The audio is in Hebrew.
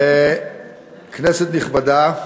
כנסת נכבדה,